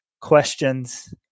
questions